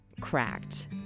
cracked